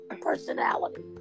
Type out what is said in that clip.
personality